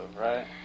right